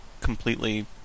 completely